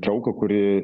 trauką kuri